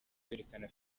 kwerekana